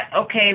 okay